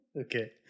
Okay